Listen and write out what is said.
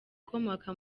ukomoka